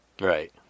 Right